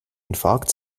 infarkt